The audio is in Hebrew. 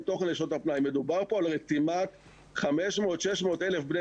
תוכן לשעות הפנאי אלא מדובר כאן על רתימת 600-500 אלף בני